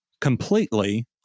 completely